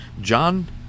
john